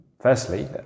Firstly